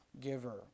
giver